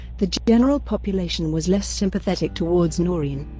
the general population was less sympathetic towards noreen.